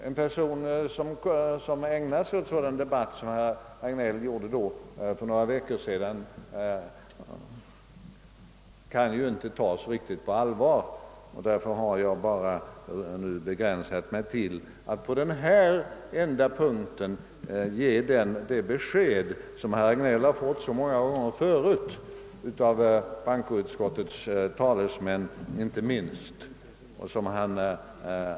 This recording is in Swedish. En person som tillämpar en sådan debatteknik kan ju inte tas riktigt på allvar. Jag vill därför begränsa mig till att i dag på en enda punkt lämna det besked som herr Hagnell så många gånger förut fått av bankoutskottets talesmän.